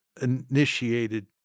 initiated